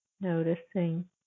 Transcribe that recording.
noticing